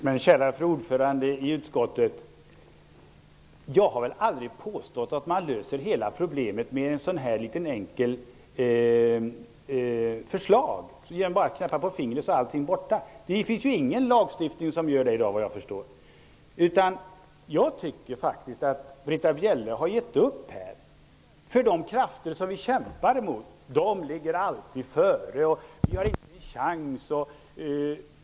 Herr talman! Men, kära fru ordförande i utskottet, jag har aldrig påstått att man löser hela problemet med ett sådant här litet enkelt förslag -- bara knäppa med fingret så är allting borta! Ingen lagstiftning har den effekten i dag, vad jag förstår. Jag tycker faktiskt att Britta Bjelle har gett upp -- de krafter som vi kämpar emot ligger alltid före, vi har inte en chans, osv.